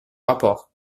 rapport